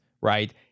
right